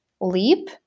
leap